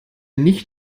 nicht